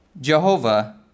Jehovah